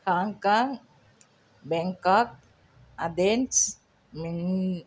Hong Kong Bangkok Athens